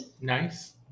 nice